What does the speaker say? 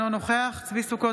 אינו נוכח צבי ידידיה סוכות,